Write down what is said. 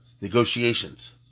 negotiations